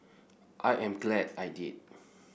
I am glad I did